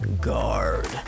guard